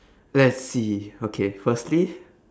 let's see okay firstly